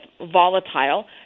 volatile